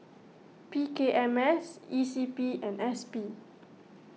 P K M S E C P and S P